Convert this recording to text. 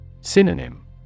Synonym